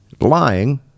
lying